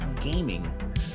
gaming